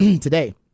today